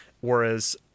whereas